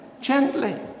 Gently